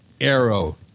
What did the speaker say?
arrow